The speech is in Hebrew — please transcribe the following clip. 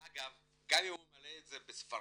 אגב, גם אם הוא ממלא את זה בצרפתית,